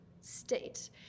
state